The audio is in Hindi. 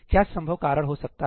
क्या संभव कारण हो सकता है